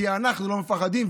כי אנחנו לא מפחדים,